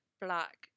black